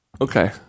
Okay